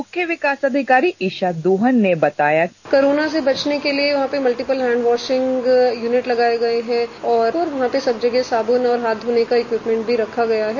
मुख्य विकास अधिकारी ईशा दोहन ने बताया कोरोना से बचने के लिये मल्टीपल हैंडवासिंग यूनिट लगाये गये है और वहां पर सब जगह साबुन और हाथ धोने का इक्यूमेंट भी रखा गया है